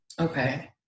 Okay